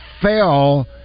fell